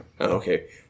Okay